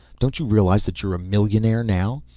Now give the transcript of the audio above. don't you realize that you're a millionaire now?